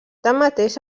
tanmateix